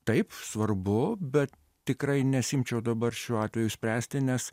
taip svarbu bet tikrai nesiimčiau dabar šiuo atveju spręsti nes